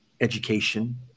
education